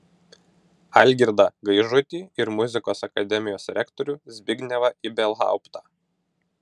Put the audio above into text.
algirdą gaižutį ir muzikos akademijos rektorių zbignevą ibelhauptą